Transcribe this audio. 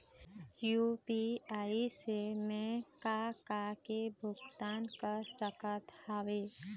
UPI से मैं का का के भुगतान कर सकत हावे?